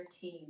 team